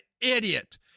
idiot